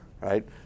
right